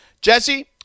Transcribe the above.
Jesse